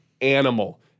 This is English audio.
animal